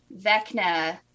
Vecna